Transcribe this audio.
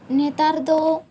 ᱱᱮᱛᱟᱨ ᱫᱚ